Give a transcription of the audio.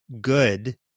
good